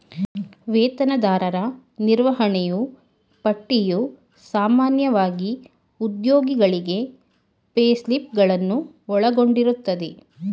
ವೇತನದಾರರ ನಿರ್ವಹಣೆಯೂ ಪಟ್ಟಿಯು ಸಾಮಾನ್ಯವಾಗಿ ಉದ್ಯೋಗಿಗಳಿಗೆ ಪೇಸ್ಲಿಪ್ ಗಳನ್ನು ಒಳಗೊಂಡಿರುತ್ತದೆ